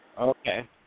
Okay